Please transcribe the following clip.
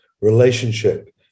relationship